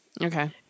Okay